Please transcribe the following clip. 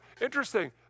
interesting